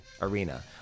arena